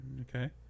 Okay